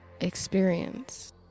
experience